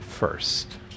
first